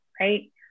right